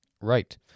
right